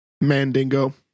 Mandingo